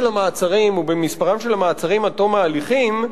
המעצרים ובמספרם של המעצרים עד תום ההליכים,